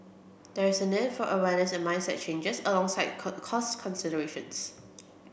there is a need for awareness and mindset changes alongside cost considerations